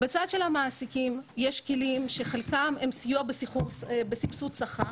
בצד של המעסיקים יש כלים שחלקם הם סיוע בסבסוד שכר,